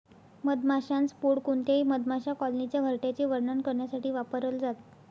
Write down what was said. मधमाशांच पोळ कोणत्याही मधमाशा कॉलनीच्या घरट्याचे वर्णन करण्यासाठी वापरल जात